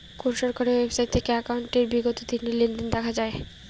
কোন সরকারি ওয়েবসাইট থেকে একাউন্টের বিগত দিনের লেনদেন দেখা যায়?